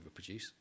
overproduce